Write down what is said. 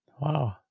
wow